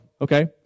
okay